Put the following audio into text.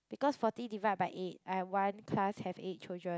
because forty divide by eight I have one class have eight children